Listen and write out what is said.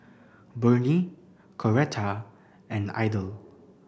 Burney Coretta and Idell